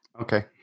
Okay